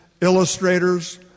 illustrators